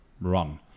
run